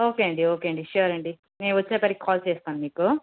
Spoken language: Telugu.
ఓకే అండి ఓకే అండి ష్యూర్ అండి నేను వచ్చి అక్కడకి కాల్ చేస్తాను మీకు